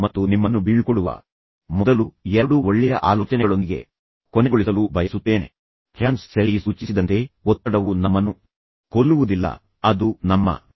ಮತ್ತು ನಿಮ್ಮನ್ನು ಬೀಳ್ಕೊಡುವ ಮೊದಲು ಎರಡು ಒಳ್ಳೆಯ ಆಲೋಚನೆಗಳೊಂದಿಗೆ ಕೊನೆಗೊಳಿಸಲು ಬಯಸುತ್ತೇನೆಃ ಅರ್ಥಮಾಡಿಕೊಳ್ಳಬೇಕಾಗಿರುವುದು ಹ್ಯಾನ್ಸ್ ಸೆಲೀ ಸೂಚಿಸಿದಂತೆ ಒತ್ತಡವು ನಮ್ಮನ್ನು ಕೊಲ್ಲುವುದಿಲ್ಲ ಅದು ನಮ್ಮ ಪ್ರತಿಕ್ರಿಯೆಯಾಗಿದೆ